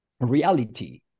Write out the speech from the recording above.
reality